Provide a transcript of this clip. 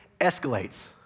escalates